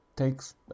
takes